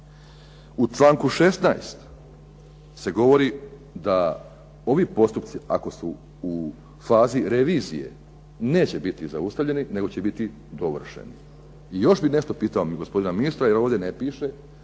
U članku 16. se govori da ovi postupci ako su u fazi revizije neće biti zaustavljeni nego će biti dovršeni. I još bih nešto pitao gospodina ministra jer ovdje ne piše.